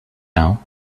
now